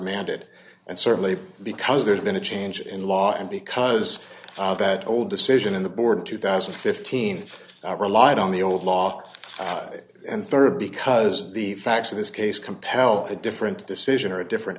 did and certainly because there's been a change in law and because of that old decision in the board two thousand and fifteen i relied on the old law and rd because the facts of this case compel a different decision or a different